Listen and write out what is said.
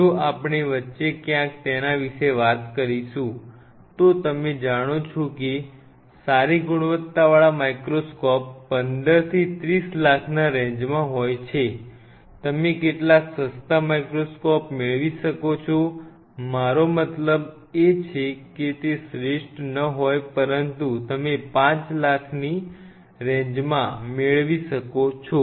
જો આપણે વચ્ચે ક્યાંક તેના વિશે વાત કરીશું તો તમે જાણો છો કે સારી ગુણવત્તાના માઇક્રોસ્કોપ 15 થી 30 લાખના રેન્જમાં હોય છે તમે કેટલાક સસ્તા માઇક્રોસ્કોપ મેળવી શકો છો મારો મતલબ એ છે કે તે શ્રેષ્ઠ ન હોય પરંતુ તમે 5 લાખની રેન્જમાં મેળવી શકો છો